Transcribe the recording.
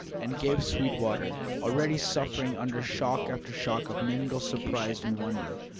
and gave sweetwater, already suffering under shock after shock of mingled surprise and wonder,